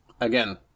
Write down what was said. again